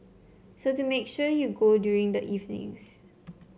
so to make sure you go during the evenings